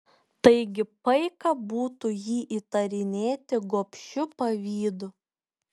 taigi paika būtų jį įtarinėti gobšiu pavydu